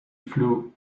flew